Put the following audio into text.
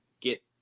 get